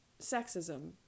sexism